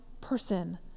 person